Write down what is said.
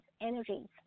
energies